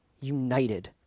united